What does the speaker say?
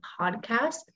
podcast